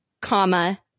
comma